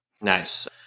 Nice